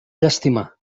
llàstima